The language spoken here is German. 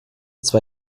zwar